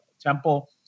temple